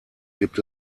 gibt